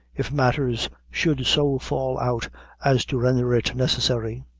if matters should so fall out as to render it necessary.